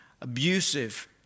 abusive